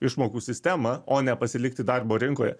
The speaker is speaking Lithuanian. išmokų sistemą o ne pasilikti darbo rinkoje